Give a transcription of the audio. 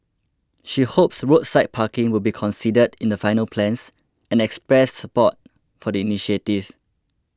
she hopes roadside parking will be considered in the final plans and expressed support for the initiative